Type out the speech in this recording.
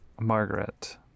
margaret